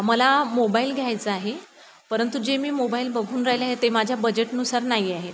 मला मोबाइल घ्यायचा आहे परंतु जे मी मोबाइल बघून राहिले आहे ते माझ्या बजेटनुसार नाही आहे